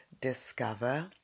discover